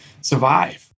survive